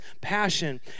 passion